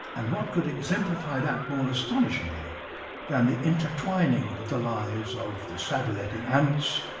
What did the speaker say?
and what could exemplify that more astonishingly than the intertwining of the lives of the sabuleti ants,